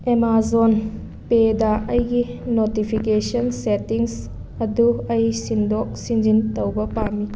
Amazon ꯄꯦꯗ ꯑꯩꯒꯤ notification settings ꯑꯗꯨ ꯑꯩ ꯁꯤꯟꯗꯣꯛ ꯁꯤꯟꯖꯤꯟ ꯇꯧꯕ ꯄꯥꯝꯃꯤ